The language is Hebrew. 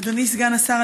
אדוני סגן השר,